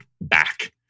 back